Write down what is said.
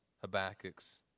Habakkuk's